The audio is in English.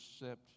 accept